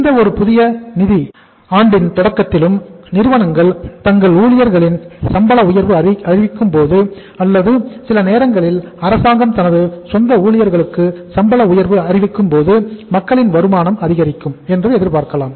எந்தவொரு புதிய நிதி ஆண்டின் தொடக்கத்திலும் நிறுவனங்கள் தங்கள் ஊழியர்களின் சம்பள உயர்வு அறிவிக்கும்போது அல்லது சில நேரங்களில் அரசாங்கம் தனது சொந்த ஊழியர்களின் சம்பள உயர்வு அறிவிக்கும்போது மக்களின் வருமானம் அதிகரிக்கும் என்று எதிர்பார்க்கலாம்